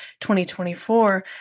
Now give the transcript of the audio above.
2024